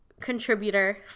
contributor